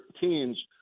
teens